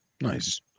Nice